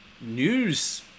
news